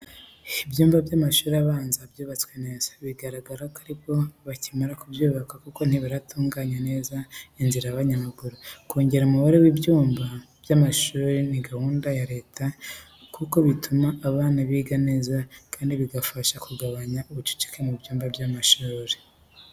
Ibyumba by'amashuri abanza byubatswe neza, bigaragara ko ari bwo bakimara kubyubaka kuko ntibaratunganya neza inzira y'abanyamaguru. Kongera umubare w'ibyumba by'amashuri ni gahunda ya leta kuko bituma abana biga neza kandi bigafasha kugabanya ubucucike mu byumba by’amashuri.